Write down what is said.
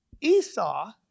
Esau